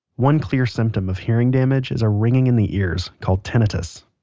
one clear symptom of hearing damage is a ringing in the ears called tinnitus